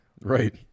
Right